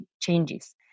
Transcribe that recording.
changes